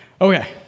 Okay